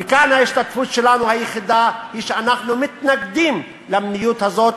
וכאן ההשתתפות היחידה שלנו היא שאנחנו מתנגדים למדיניות הזאת,